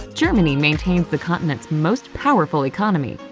germany maintains the continent's most powerful economy.